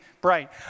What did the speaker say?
bright